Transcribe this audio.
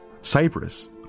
Cyprus